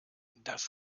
das